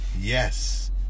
Yes